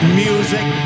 music